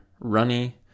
runny